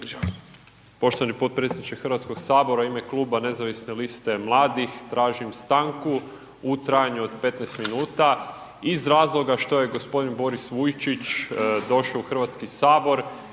poštovani podpredsjedniče Hrvatskog sabora. U ime Kluba nezavisne liste mladih tražim stanku u trajanju od 15 minuta, iz razloga što je gospodin Boris Vujčić došao u Hrvatski sabor